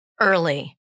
early